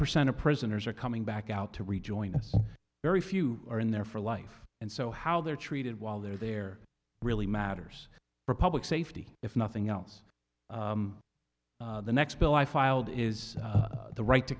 percent of prisoners are coming back out to rejoin us very few are in there for life and so how they're treated while they're there really matters for public safety if nothing else the next bill i filed is the right to